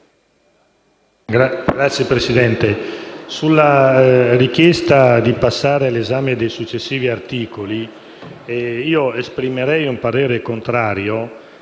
Signor Presidente, sulla richiesta di passare all'esame dei successivi articoli, esprimerei un parere contrario,